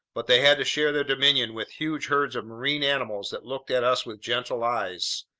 but they had to share their dominion with huge herds of marine mammals that looked at us with gentle eyes.